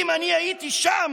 אם אני הייתי שם,